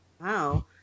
Wow